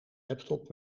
laptop